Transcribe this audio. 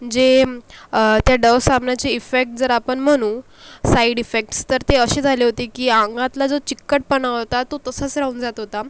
जे मग त्या डव साबणाचे इफेक्ट जर आपण म्हणू साईड इफेक्ट्स तर ते असे झाले होते की आंगातला जो चिकटपणा होता तो तसास राहून जात होता